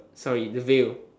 sorry the veil